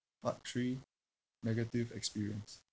part three negative experience